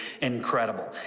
incredible